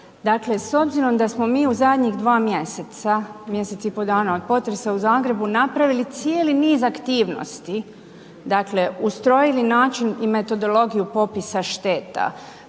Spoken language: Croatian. Dakle, s obzirom da smo mi u zadnjih 2 mjeseca, mjesec i po dana od potresa u Zagrebu napravili cijeli niz aktivnosti, dakle ustrojili način i metodologiju popisa šteta,